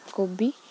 କୋବି